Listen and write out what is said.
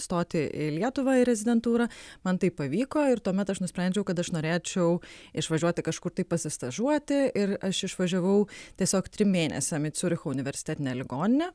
stoti į lietuvą į rezidentūrą man tai pavyko ir tuomet aš nusprendžiau kad aš norėčiau išvažiuoti kažkur tai pasistažuoti ir aš išvažiavau tiesiog trim mėnesiam į ciuricho universitetinę ligoninę